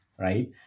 right